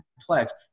complex